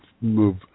move